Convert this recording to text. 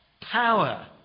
power